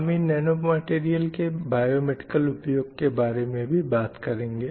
हम इन nano material के बायोमेडिकल उपयोग के बारे में भी बात करेंगे